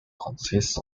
consists